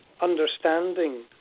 understanding